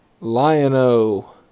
Lion-O